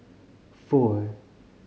four